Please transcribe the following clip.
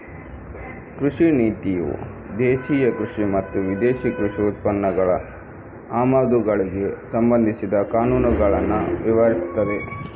ಕೃಷಿ ನೀತಿಯು ದೇಶೀಯ ಕೃಷಿ ಮತ್ತು ವಿದೇಶಿ ಕೃಷಿ ಉತ್ಪನ್ನಗಳ ಆಮದುಗಳಿಗೆ ಸಂಬಂಧಿಸಿದ ಕಾನೂನುಗಳನ್ನ ವಿವರಿಸ್ತದೆ